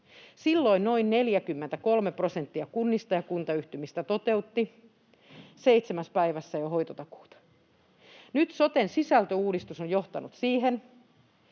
Silloin noin 43 prosenttia kunnista ja kuntayhtymistä toteutti seitsemässä päivässä jo hoitotakuuta. Nyt soten sisältöuudistus on johtanut siihen,